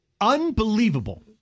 Unbelievable